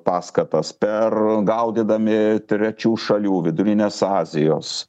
paskatas per gaudydami trečių šalių vidurinės azijos